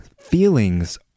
feelings